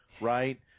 right